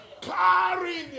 carrying